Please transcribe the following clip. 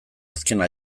azkena